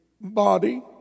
body